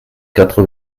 quatre